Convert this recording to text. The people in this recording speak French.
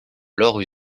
leurs